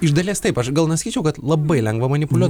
iš dalies taip aš gal nesakyčiau kad labai lengva manipuliuot